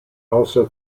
also